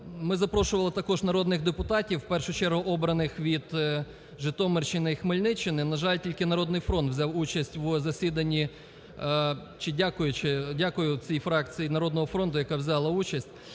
Ми запрошували також народних депутатів, в першу чергу обраних від Житомирщини і Хмельниччини, на жаль, тільки "Народний фронт" взяв участь в засіданні, чи дякуючи, дякую цій фракції "Народного фронту", яка взяла участь